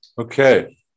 Okay